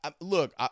look